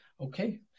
Okay